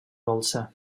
dolça